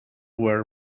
were